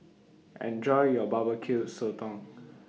Enjoy your B B Q Sotong